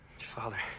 father